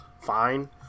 fine